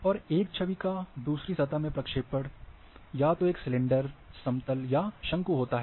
और एक छवि का दूसरी सतह में प्रक्षेपण या तो एक सिलेंडर समतल या शंकु होता है